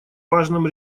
важном